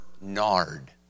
nard